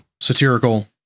Satirical